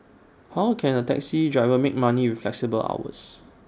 how can A taxi driver make money with flexible hours